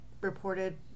reported